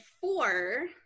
four